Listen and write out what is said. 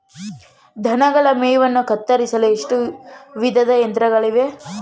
ದನಗಳ ಮೇವನ್ನು ಕತ್ತರಿಸಲು ಎಷ್ಟು ವಿಧದ ಯಂತ್ರಗಳಿವೆ?